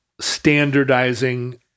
standardizing